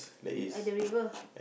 at the river